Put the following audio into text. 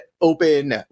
open